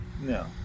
No